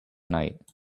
night